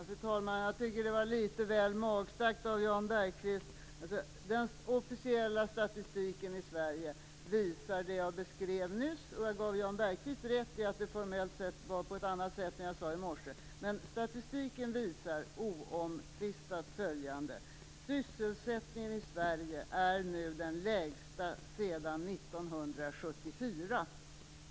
Fru talman! Jag tycker att detta är litet väl magstarkt av Jan Bergqvist. Den officiella statistiken i Sverige visar det jag beskrev nyss. Jag gav Jan Bergqvist rätt i att det formellt sett var på ett annat sätt än jag sade i morse, men statistiken visar oomtvistat följande. Sysselsättningen i Sverige är nu den lägsta sedan 1974.